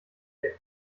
der